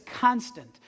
constant